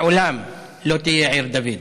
לעולם לא תהיה עיר דוד.